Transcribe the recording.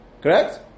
Correct